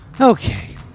Okay